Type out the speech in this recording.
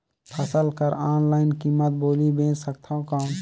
फसल कर ऑनलाइन कीमत बोली बेच सकथव कौन?